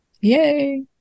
Yay